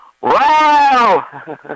wow